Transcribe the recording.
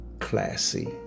classy